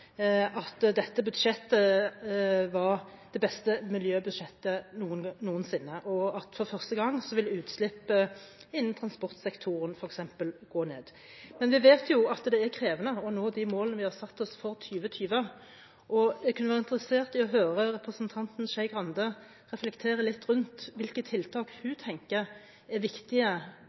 at dette budsjettet var det beste miljøbudsjettet noensinne, og at for første gang ville utslippet innen f.eks. transportsektoren gå ned. Men vi vet at det er krevende å nå de målene vi har satt oss for 2020. Jeg kunne være interessert i å høre representanten Skei Grande reflektere litt rundt hvilke tiltak hun tenker er viktige